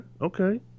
Okay